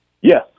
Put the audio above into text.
Yes